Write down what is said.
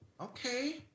Okay